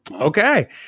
Okay